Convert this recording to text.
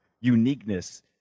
uniqueness